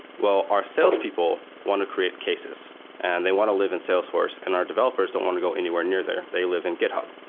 well, our salespeople want to create cases and they want to live in salesforce, and our developers don't want to go anywhere near there. they live in github.